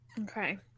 okay